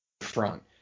front